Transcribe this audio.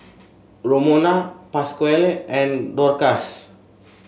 Romona Pasquale and Dorcas